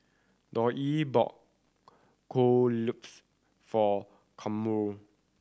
Dollye bought Kueh Lupis for Kamron